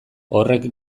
horrek